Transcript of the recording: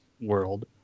world